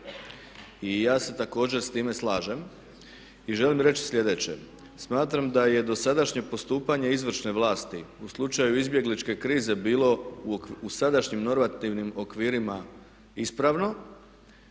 I ja se također s time slažem i želim reći sljedeće. Smatram da je dosadašnje postupanje izvršne vlasti u slučaju izbjegličke krize bilo u sadašnjim normativnim okvirima ispravno